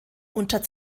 unter